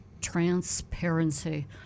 transparency